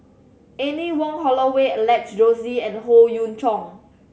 Anne Wong Holloway Alex Josey and Howe Yoon Chong